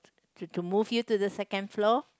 to to move you to the second floor